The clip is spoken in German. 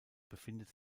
befindet